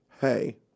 hey